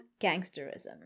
gangsterism